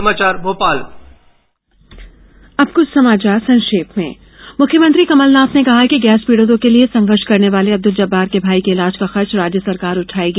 समाचार संक्षेप में मुख्यमंत्री कमलनाथ ने कहा है कि गैस पीड़ितों के लिए संघर्ष करने वाले अब्दुल जब्बार के भाई के इलाज का खर्च राज्य सरकार उठाएगी